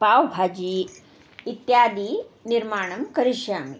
पाव् भाजी इत्यादि निर्माणं करिष्यामि